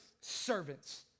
servants